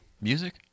Music